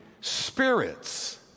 spirits